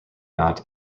not